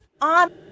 on